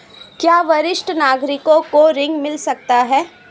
क्या वरिष्ठ नागरिकों को ऋण मिल सकता है?